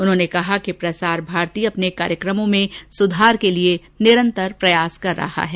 उन्होंने कहा कि प्रसार भारती अपने कार्यक्रमों में सुधार के लिए निरंतर प्रयासरत है